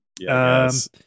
Yes